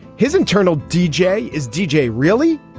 his internal deejay is deejay. really?